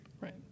Right